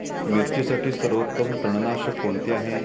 मिरचीसाठी सर्वोत्तम तणनाशक कोणते आहे?